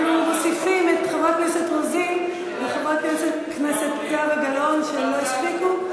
אנחנו מוסיפים את חברת הכנסת רוזין וחברת הכנסת זהבה גלאון שלא הספיקו.